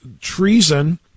treason